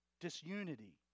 disunity